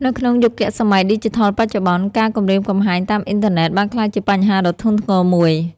នៅក្នុងយុគសម័យឌីជីថលបច្ចុប្បន្ន ការគំរាមកំហែងតាមអ៊ីនធឺណិតបានក្លាយជាបញ្ហាដ៏ធ្ងន់ធ្ងរមួយ។